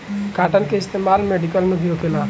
cotton के इस्तेमाल medical में भी होखेला